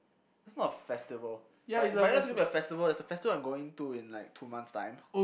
that's not a festival by by what you mean a festival is a festival that like I'm going to in like two months time